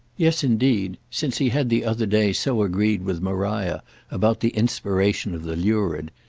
yes indeed, since he had the other day so agreed with maria about the inspiration of the lurid,